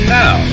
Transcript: now